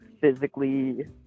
physically